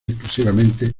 exclusivamente